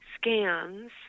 scans